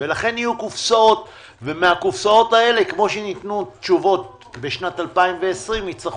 ובכלל כך סכומי היתרה שנוספו לאותם